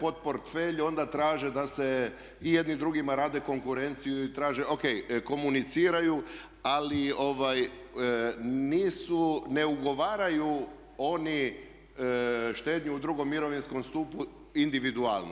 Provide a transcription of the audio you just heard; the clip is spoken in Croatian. portporfelj onda traže da se i jedni drugima rade konkurenciju i traže, ok komuniciraju ali nisu, ne ugovaraju oni štednju u drugom mirovinskom stupu individualno.